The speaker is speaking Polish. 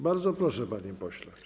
Bardzo proszę, panie pośle.